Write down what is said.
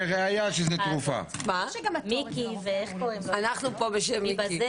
הרשות הלאומית להסמכת מעבדות מסמיכה לפי תקן בין-לאומי שנקרא